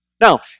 Now